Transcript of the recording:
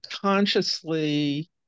consciously